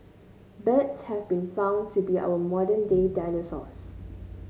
birds have been found to be our modern day dinosaurs